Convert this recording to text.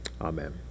Amen